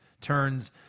turns